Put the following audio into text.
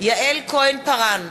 יעל כהן-פארן,